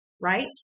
right